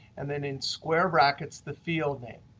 and then in square brackets, the field name.